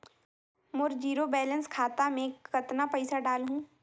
मोर zero balance खाता मे कतना पइसा डाल हूं?